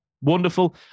wonderful